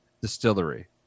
Distillery